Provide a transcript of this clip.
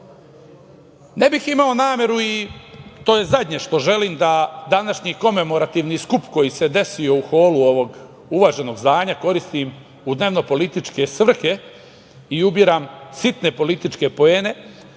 bih imao nameru i to je zadnje što želim, da današnji komemorativni skup koji se desio u holu ovog uvaženog zdanja koristim u dnevnopolitičke svrhe i ubiram sitne političke poene,